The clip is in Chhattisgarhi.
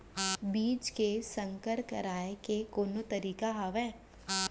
बीज के संकर कराय के कोनो तरीका हावय?